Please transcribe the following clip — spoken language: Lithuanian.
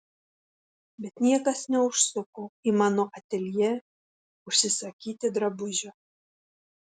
bet niekas neužsuko į mano ateljė užsisakyti drabužio